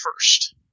first